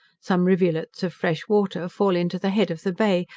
some rivulets of fresh water fall into the head of the bay,